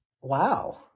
wow